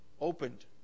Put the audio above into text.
opened